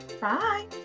bye